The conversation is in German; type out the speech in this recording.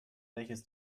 welches